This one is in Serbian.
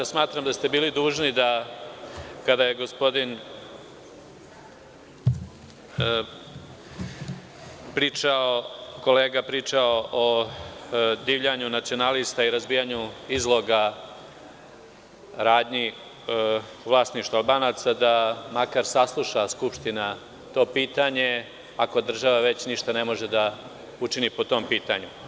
Smatram da ste bili dužni da kada je kolega pričao o divljanju nacionalista i razbijanju izloga radnji u vlasništvu Albanaca, da makar sasluša Skupština to pitanje, ako država već ništa ne može da učini po tom pitanju.